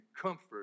comfort